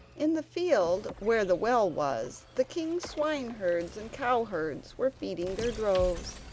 in the field where the well was, the king's swineherds and cowherds were feeding their droves,